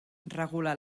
regular